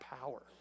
power